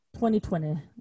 2020